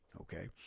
Okay